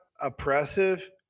oppressive